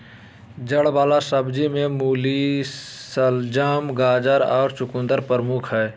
जड़ वला सब्जि में मूली, शलगम, गाजर और चकुंदर प्रमुख हइ